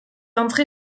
entrée